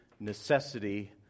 necessity